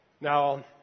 Now